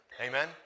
Amen